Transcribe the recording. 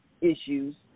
issues